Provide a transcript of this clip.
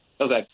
Okay